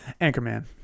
Anchorman